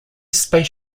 space